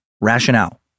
rationale